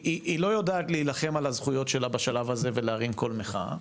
היא לא יודעת להילחם על הזכויות שלה בשלב הזה ולהרים קול מחאה.